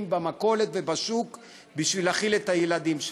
במכולת ובשוק בשביל להאכיל את הילדים שלהם.